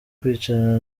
kwicara